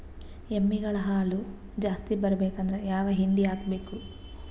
ಎಮ್ಮಿ ಗಳ ಹಾಲು ಜಾಸ್ತಿ ಬರಬೇಕಂದ್ರ ಯಾವ ಹಿಂಡಿ ಹಾಕಬೇಕು?